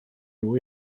nhw